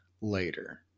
later